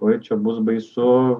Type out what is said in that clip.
oi čia bus baisu